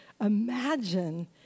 Imagine